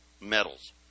metals